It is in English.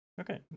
Okay